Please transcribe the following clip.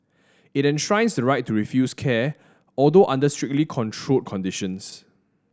it enshrines right to refuse care although under strictly controlled conditions